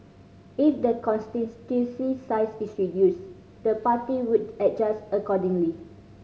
if the size is reduced the party would adjust accordingly